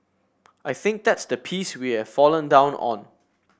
I think that's the piece we have fallen down on